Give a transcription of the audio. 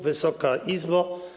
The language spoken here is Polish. Wysoka Izbo!